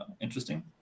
interesting